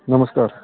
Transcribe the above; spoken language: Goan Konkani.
नमस्कार